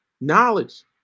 knowledge